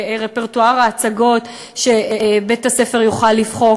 רפרטואר ההצגות שבית-הספר יוכל לבחור,